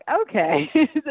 okay